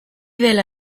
dela